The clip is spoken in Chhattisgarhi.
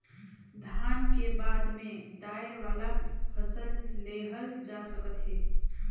धान के बाद में दायर वाला फसल लेहल जा सकत हे